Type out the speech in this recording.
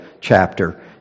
chapter